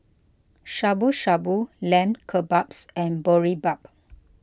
Shabu Shabu Lamb Kebabs and Boribap